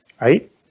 right